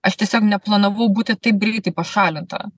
aš tiesiog neplanavau būti taip greitai pašalinta